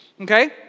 Okay